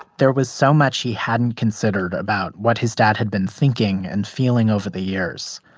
there was so much he hadn't considered about what his dad had been thinking and feeling over the years.